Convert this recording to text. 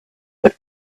but